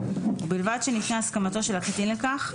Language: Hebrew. ובלבד שניתנה הסכמתו של הקטין לכך,